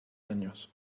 años